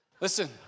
Listen